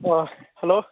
ꯑꯣ ꯍꯜꯂꯣ